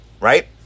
Right